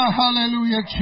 hallelujah